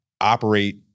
operate